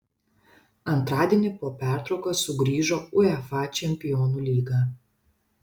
antradienį po pertraukos sugrįžo uefa čempionų lyga